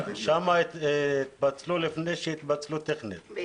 שם התפצלו לפני שהתפצלו טכנית.